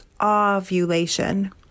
ovulation